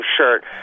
shirt